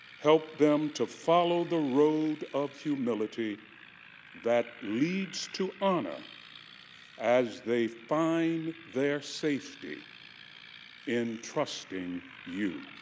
help them to follow the road of humility that leads to honor as they find their safety in trusting you.